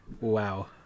Wow